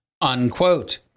Unquote